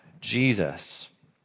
Jesus